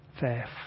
Theft